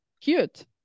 cute